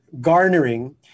garnering